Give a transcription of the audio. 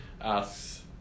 asks